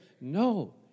No